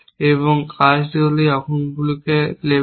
এবং কাজটি হল এইভাবে অঙ্কনকে লেবেল করা